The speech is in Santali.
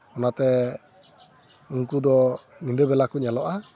ᱚᱱᱟᱛᱮ ᱩᱱᱠᱩ ᱫᱚ ᱧᱤᱫᱟᱹ ᱵᱮᱲᱟ ᱠᱚ ᱧᱮᱞᱚᱜᱼᱟ